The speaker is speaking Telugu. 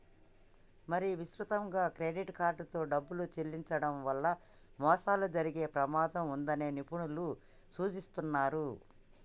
మరీ విస్తృతంగా క్రెడిట్ కార్డుతో డబ్బులు చెల్లించడం వల్ల మోసాలు జరిగే ప్రమాదం ఉన్నదని నిపుణులు సూచిస్తున్నరు